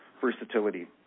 versatility